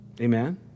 Amen